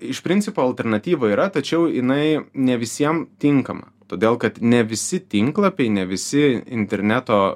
iš principo alternatyva yra tačiau jinai ne visiem tinkama todėl kad ne visi tinklapiai ne visi interneto